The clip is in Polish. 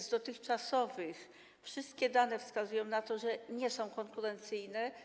Z dotychczasowych: Wszystkie dane wskazują na to, że nie są konkurencyjne.